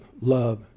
love